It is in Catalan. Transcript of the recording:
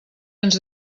ens